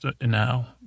now